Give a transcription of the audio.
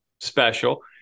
special